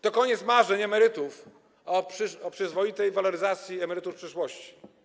To koniec marzeń emerytów o przyzwoitej waloryzacji emerytur w przyszłości.